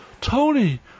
Tony